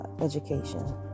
education